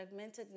fragmentedness